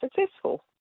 successful